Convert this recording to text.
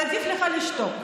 אז עדיף לך לשתוק.